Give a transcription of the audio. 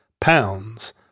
pounds